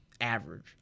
average